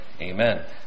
Amen